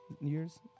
years